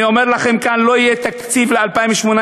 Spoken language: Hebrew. אני אומר לכם כאן, לא יהיה תקציב ל-2018,